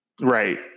Right